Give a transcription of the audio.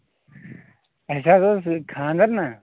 اَسہِ حظ اوس خاندر نہ